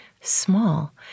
small